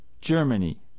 Germany